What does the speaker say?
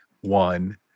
one